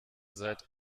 seid